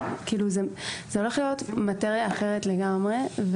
זו צריכה להיות מטריה אחרת לגמרי.